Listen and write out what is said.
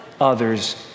others